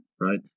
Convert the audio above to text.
right